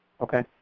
Okay